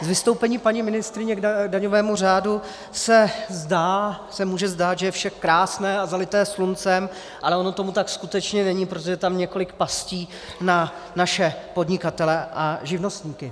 Z vystoupení paní ministryně k daňovému řádu se může zdát, že je vše krásné a zalité sluncem, ale ono tomu tak skutečně není, protože je tam několik pastí na naše podnikatele a živnostníky.